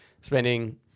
spending